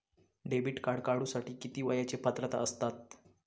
Debit card काढूसाठी किती वयाची पात्रता असतात?